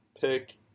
pick